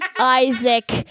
isaac